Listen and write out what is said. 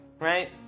right